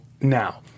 now